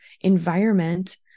environment